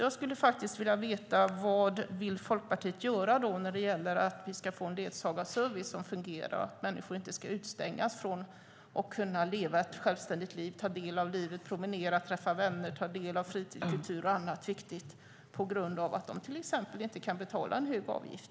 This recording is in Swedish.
Jag skulle därför vilja veta vad Folkpartiet vill göra för att vi ska få en ledsagarservice som fungerar. Människor ska inte utestängas från möjligheten att leva ett självständigt liv, ta del av livet, promenera, träffa vänner, tal del av kultur och annat viktigt på grund av att de till exempel inte kan betala en hög avgift.